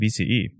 BCE